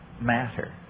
matter